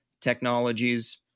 technologies